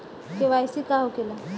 KYC का होखेला?